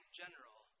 general